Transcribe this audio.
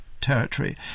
territory